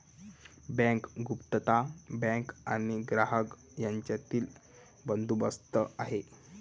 bank गुप्तता हा bank आणि ग्राहक यांच्यातील बंदोबस्त आहे